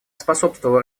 способствовала